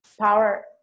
Power